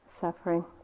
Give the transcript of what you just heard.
suffering